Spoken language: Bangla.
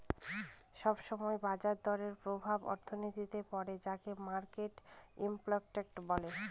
সব সময় বাজার দরের প্রভাব অর্থনীতিতে পড়ে যাকে মার্কেট ইমপ্যাক্ট বলে